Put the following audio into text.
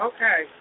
Okay